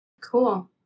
Cool